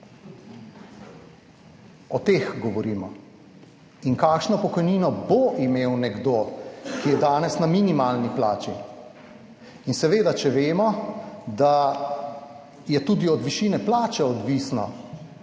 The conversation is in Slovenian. O teh govorimo. In, kakšno pokojnino bo imel nekdo, ki je danes na minimalni plači? In seveda, če vemo, da je tudi od višine plače odvisno